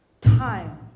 Time